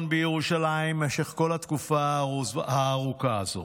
בירושלים במשך כל התקופה הארוכה הזאת.